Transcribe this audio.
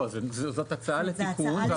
לא, זאת הצעה לתיקון.